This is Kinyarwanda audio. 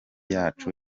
yacu